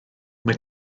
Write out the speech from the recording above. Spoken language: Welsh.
mae